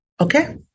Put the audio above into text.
Okay